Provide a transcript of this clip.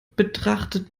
betrachtet